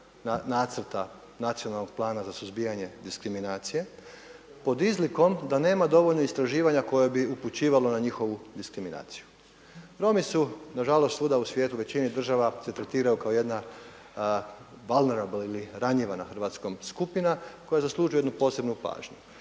Nacrta nacionalnog plana za suzbijanje diskriminacije pod izlikom da nema dovoljno istraživanja koje bi upućivalo na njihovu diskriminaciju. Romi su nažalost svuda u svijetu u većini država se tretiraju kao jedna vulnerable ili ranjiva na hrvatskom skupina koja zaslužuje jednu posebnu pažnju.